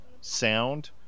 sound